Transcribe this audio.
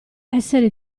essere